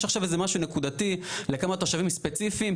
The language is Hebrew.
יש עכשיו איזה משהו נקודתי לכמה תושבים ספציפיים.